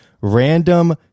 random